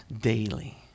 daily